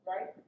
right